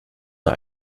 nur